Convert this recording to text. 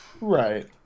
Right